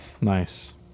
Nice